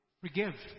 Forgive